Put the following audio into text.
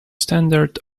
standard